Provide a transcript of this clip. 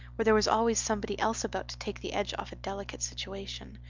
where there was always somebody else about to take the edge off a delicate situation.